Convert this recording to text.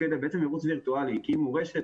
הקימו רשת,